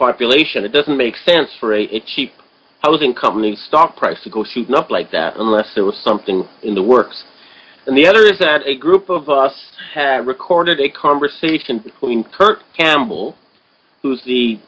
population it doesn't make sense for a cheap housing company's stock price to go should not like that unless there was something in the works and the other is that a group of us had recorded a conversation between kurt campbell who's the